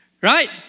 right